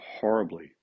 horribly